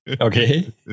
Okay